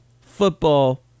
football